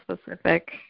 specific